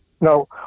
no